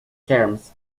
terms